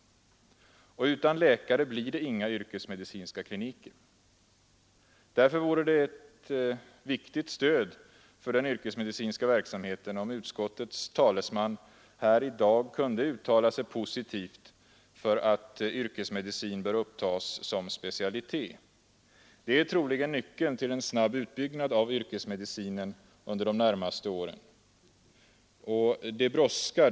Och utan läkare blir det inga yrkesmedicinska kliniker. Därför vore det ett viktigt stöd för den yrkesmedicinska verksamheten om utskottets talesman här i dag kunde uttala sig positivt för att yrkesmedicin bör upptas som specialitet. Det är troligen nyckeln till en snabb utbyggnad av yrkesmedicinen under de närmaste åren. Och det brådskar.